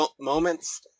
moments